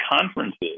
conferences